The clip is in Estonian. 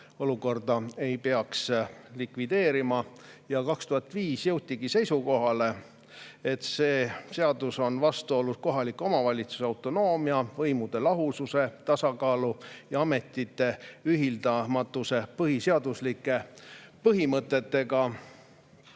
olukorda ei peaks likvideerima. 2005. aastal jõutigi seisukohale, et see seadus on vastuolus kohaliku omavalitsuse autonoomia, võimude lahususe ja tasakaalu ning ametite ühildamatuse põhiseaduslike põhimõtetega,